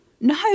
no